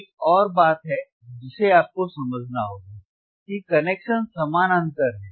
एक और बात है जिसे आपको समझना होगा कि कनेक्शन समानांतर है